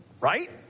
right